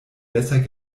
besser